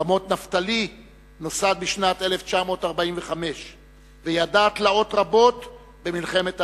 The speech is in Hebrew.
רמות-נפתלי נוסד בשנת 1945 וידע תלאות רבות במלחמת העצמאות.